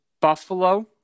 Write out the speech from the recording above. Buffalo